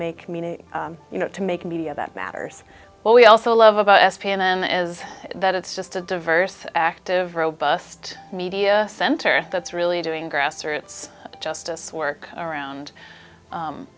meaning you know to make media that matters but we also love about s p n is that it's just a diverse active robust media center that's really doing grassroots justice work around